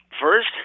First